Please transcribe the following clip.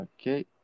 Okay